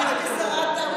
קודם כול לשבת.